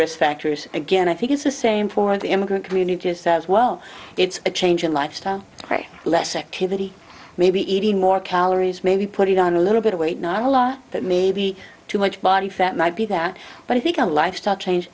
risk factors again i think it's the same for the immigrant community as well it's a change in lifestyle less activity maybe eating more calories maybe put on a little bit of weight not a law that may be too much body fat might be that but i think a lifestyle change